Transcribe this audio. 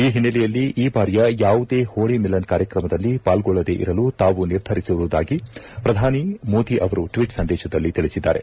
ಈ ಓನ್ನೆಲೆಯಲ್ಲಿ ಈ ಬಾರಿಯ ಯಾವುದೇ ಹೋಳ ಮಿಲನ್ ಕಾರ್ಯಕ್ರಮದಲ್ಲಿ ಪಾಲ್ಗೊಳ್ಳದೇ ಇರಲು ತಾವು ನಿರ್ಧರಿಸಿರುವುದಾಗಿ ಪ್ರಧಾನಿ ಮೋದಿ ಅವರು ಟ್ವೀಟ್ ಸಂದೇಶದಲ್ಲಿ ತಿಳಿಸಿದ್ದಾರೆ